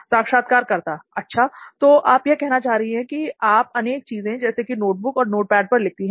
साक्षात्कारकर्ता अच्छा तो आप यह कहना चाह रही हैं कि आप अनेक चीजें जैसे कि नोटबुक और नोटपैड पर लिखती हैं